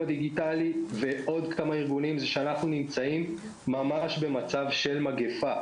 הדיגיטלי היא שאנחנו נמצאים במצב של מגיפה.